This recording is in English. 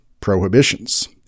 prohibitions